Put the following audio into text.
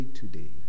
today